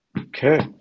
Okay